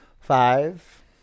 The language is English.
Five